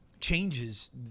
changes